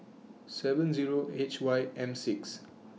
seven Zero H Y M six